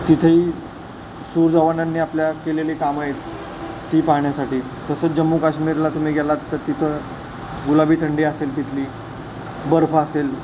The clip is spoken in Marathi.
तिथेही सु जवानांनी आपल्या केलेली कामं आहेत ती पाहण्यासाठी तसंच जम्मू काश्मीरला तुम्ही गेलात तर तिथं गुलाबी थंडी असेल तिथली बर्फ असेल